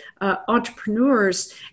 entrepreneurs